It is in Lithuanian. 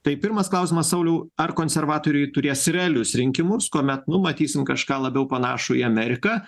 tai pirmas klausimas sauliau ar konservatoriai turės realius rinkimus kuomet nu matysim kažką labiau panašų į ameriką